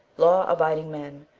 law-abiding men,